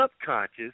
subconscious